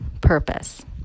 Purpose